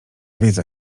wiedza